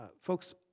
folks